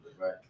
right